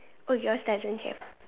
oh yours doesn't have